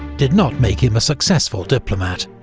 did not make him a successful diplomat.